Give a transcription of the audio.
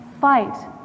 fight